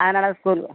அதனாலேதான் ஸ்கூல்